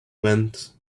went